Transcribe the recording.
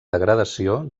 degradació